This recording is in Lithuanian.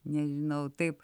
nežinau taip